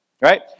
Right